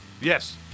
Yes